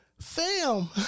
Fam